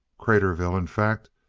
craterville, in fact,